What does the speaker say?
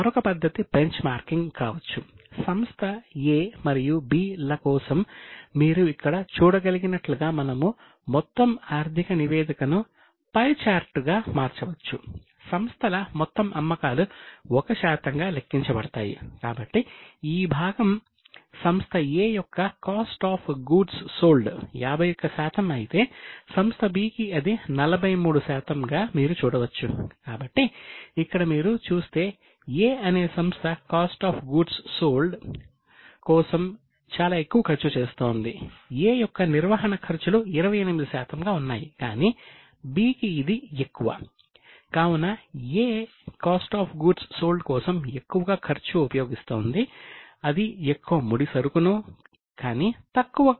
మరొక పద్ధతి bench marking 28 శాతంగా ఉన్నాయి కానీ B కి ఇది ఎక్కువ